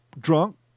drunk